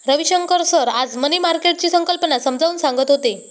Ravishankar sir आज money मार्केटची संकल्पना समजावून सांगत होते